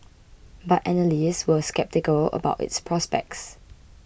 but analysts were sceptical about its prospects